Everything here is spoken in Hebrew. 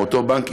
מאותו בנק,